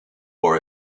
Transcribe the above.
for